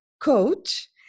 coach